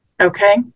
okay